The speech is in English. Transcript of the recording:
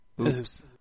Oops